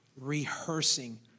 rehearsing